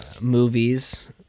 movies